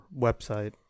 website